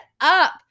up